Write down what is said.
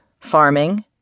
farming